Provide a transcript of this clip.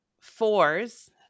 fours